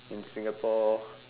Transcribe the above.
in Singapore